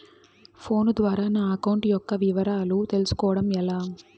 Phone ద్వారా నా account యొక్క వివరాలు తెలుస్కోవడం ఎలా?